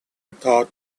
thought